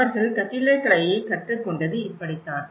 அவர்கள் கட்டிடக்கலையை கற்றுக்கொண்டது இப்படி தான்